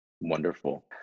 wonderful